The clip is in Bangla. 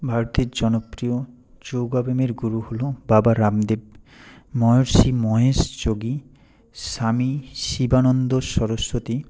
ভারতের জনপ্রিয় যোগ ব্যায়ামের গুরু হলো বাবা রামদেব মহর্ষি মহেশ যোগী স্বামী শিবানন্দ সরস্বতী